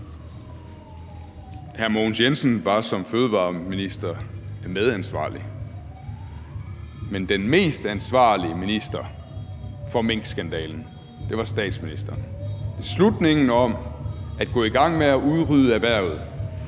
Hr. Mogens Jensen var som fødevareminister medansvarlig, men den mest ansvarlige minister for minkskandalen var statsministeren. Beslutningen om at gå i gang med at udrydde erhvervet